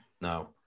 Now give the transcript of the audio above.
No